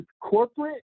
corporate